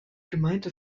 gemeinte